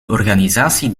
organisatie